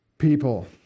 people